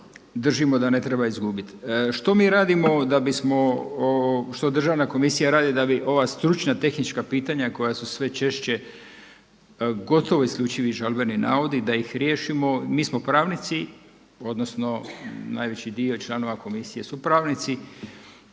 Državna komisija radi da bi ova stručna tehnička pitanja koja su sve češće gotovo isključivi žalbeni navodi da ih riješimo. Mi smo pravnici odnosno najveći dio članova komisije su pravnici,